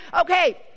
Okay